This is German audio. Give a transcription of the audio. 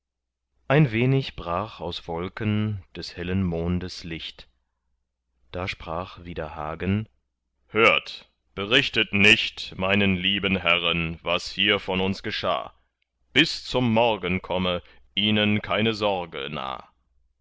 ein wenig brach aus wolken des hellen mondes licht da sprach wieder hagen hört berichtet nicht meinen lieben herren was hier von uns geschah bis zum morgen komme ihnen keine sorge nah